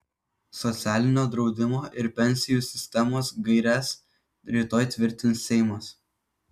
socialinio draudimo ir pensijų sistemos gaires rytoj tvirtins seimas